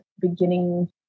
beginning